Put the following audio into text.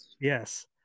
Yes